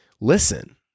listen